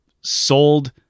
sold